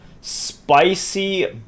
Spicy